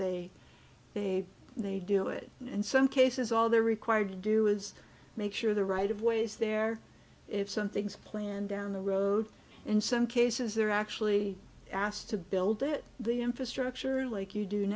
they say they do it in some cases all they're required to do is make sure the right of ways there if something's planned down the road in some cases they're actually asked to build it the infrastructure like you do